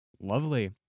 Lovely